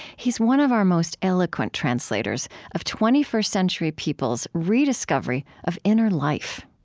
he's one of our most eloquent translators of twenty first century people's rediscovery of inner life